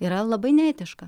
yra labai neetiška